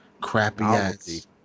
crappy-ass